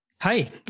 Hi